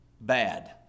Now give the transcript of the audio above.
bad